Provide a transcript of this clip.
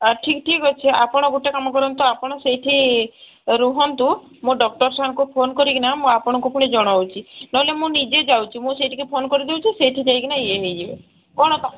ଆ ଠିକ୍ ଠିକ୍ ଅଛି ଆପଣ ଗୋଟେ କାମ କରନ୍ତୁ ଆପଣ ସେଇଠି ରୁହନ୍ତୁ ମୁଁ ଡକ୍ଟର ସାଙ୍ଗଙ୍କୁ ଫୋନ୍ କରିକିନା ମୁଁ ଆପଣଙ୍କୁ ଫୁଣି ଜଣାଉଛି ନହେଲେ ମୁଁ ନିଜେ ଯାଉଛି ମୁଁ ସେଇଠିକି ଫୋନ୍ କରିଦେଉଛି ସେଇଠି ଯାଇକିନା ଇଏ ହେଇଯିବେ କ'ଣ କ